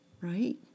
right